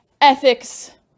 ethics